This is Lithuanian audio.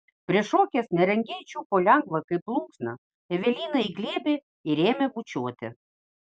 prišokęs nerangiai čiupo lengvą kaip plunksną eveliną į glėbį ir ėmė bučiuoti